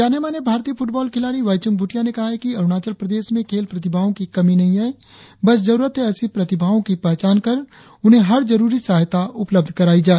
जानेमाने भारतीय फुटबॉल खिलाड़ी बाइचूंग भूटिया ने कहा है कि अरुणाचल प्रदेश में खेल प्रतिभाओं की कमी नहीं है बस जरुरत है ऐसी युवा प्रतिभाओं की पहचान कर उन्हें हर जरुरी सहायता उपलब्ध कराई जाए